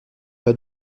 pas